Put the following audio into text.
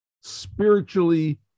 spiritually